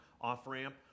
off-ramp